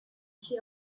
she